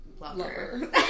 Lover